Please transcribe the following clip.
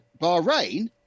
Bahrain